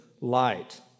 light